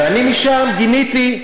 ואני משם גיניתי,